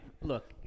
look